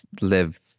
live